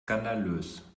skandalös